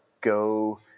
go